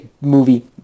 movie